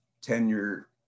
tenure